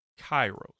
kairos